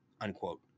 unquote